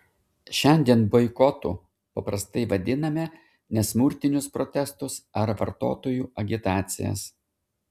šiandien boikotu paprastai vadiname nesmurtinius protestus ar vartotojų agitacijas